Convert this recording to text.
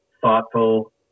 thoughtful